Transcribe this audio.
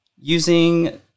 using